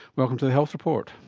welcome to the health report.